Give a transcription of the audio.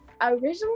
Originally